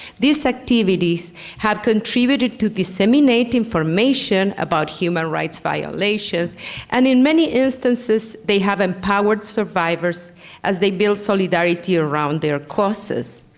these activities have contributed to disseminate information about human rights violations and in many instances they have empowered survivors as they build solidarity around their causes.